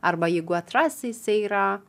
arba jeigu atrasi jisai yra